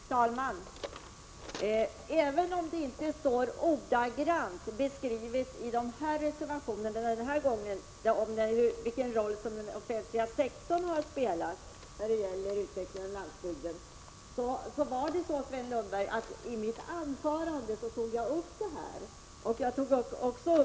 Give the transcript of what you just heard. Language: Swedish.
Fru talman! I motionerna och reservationen i år kanske vi inte ordagrant likadant som förra året beskriver den roll som den offentliga sektorn har spelat när det gäller utvecklingen av landsbygden, men i mitt anförande tog jag upp det, Sven Lundberg.